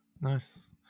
Nice